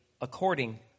according